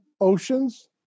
oceans